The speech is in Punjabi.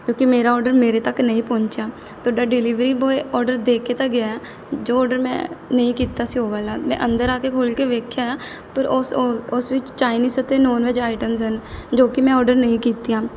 ਕਿਉਂਕਿ ਮੇਰਾ ਔਡਰ ਮੇਰੇ ਤੱਕ ਨਹੀਂ ਪਹੁੰਚਿਆ ਤੁਹਾਡਾ ਡਿਲੀਵਰੀ ਬੋਆਏ ਔਡਰ ਦੇ ਕੇ ਤਾਂ ਗਿਆ ਜੋ ਔਡਰ ਮੈਂ ਨਹੀਂ ਕੀਤਾ ਸੀ ਉਹ ਵਾਲਾ ਮੈਂ ਅੰਦਰ ਆ ਕੇ ਖੋਲ੍ਹ ਕੇ ਵੇਖਿਆ ਆ ਪਰ ਉਸ ਉਹ ਉਸ ਵਿੱਚ ਚਾਈਨੀਜ਼ ਅਤੇ ਨੋਨ ਵੈਜ ਆਈਟਮਸ ਹਨ ਜੋ ਕਿ ਮੈਂ ਔਡਰ ਨਹੀਂ ਕੀਤੀਆਂ